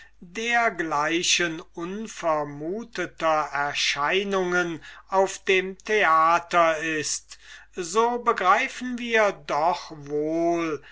dergleichen unvermuteter erscheinungen auf dem theater ist so begreifen wir doch wohl